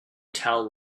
tell